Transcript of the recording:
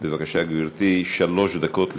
התשע"ו 2016. בבקשה, גברתי, שלוש דקות לרשותך.